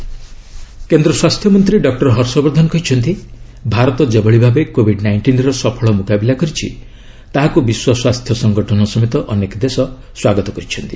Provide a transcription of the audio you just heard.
Covid tackling କେନ୍ଦ୍ର ସ୍ୱାସ୍ଥ୍ୟ ମନ୍ତ୍ରୀ ଡକୁର ହର୍ଷବର୍ଦ୍ଧନ କହିଛନ୍ତି ଭାରତ ଯେଭଳି ଭାବେ କୋବିଡ୍ ନାଇଷ୍ଟିନ୍ର ସଫଳ ମୁକାବିଲା କରିଛି ତାହାକୁ ବିଶ୍ୱ ସ୍ୱାସ୍ଥ୍ୟ ସଂଗଠନ ସମେତ ଅନେକ ଦେଶ ସ୍ୱାଗତ କରିଛନ୍ତି